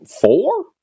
four